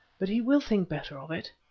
but he will think better of it.